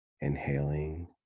inhaling